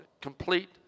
complete